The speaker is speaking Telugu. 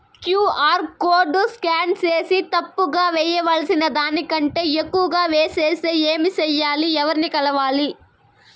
క్యు.ఆర్ కోడ్ స్కాన్ సేసి తప్పు గా వేయాల్సిన దానికంటే ఎక్కువగా వేసెస్తే ఏమి సెయ్యాలి? ఎవర్ని కలవాలి?